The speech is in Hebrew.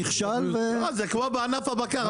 נכשל ו זה כמו בענף הבקר,